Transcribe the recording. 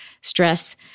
stress